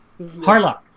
harlock